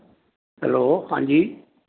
hello ਹਾਂਜੀ